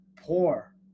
poor